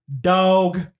Dog